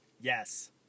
Yes